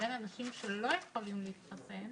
בין אנשים שלא יכולים להתחסן